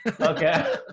Okay